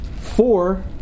four